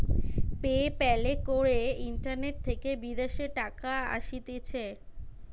pay প্যালে করে internet থেকে বিদেশের টাকা আসতিছে